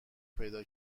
پیدا